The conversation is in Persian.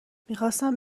میخواستم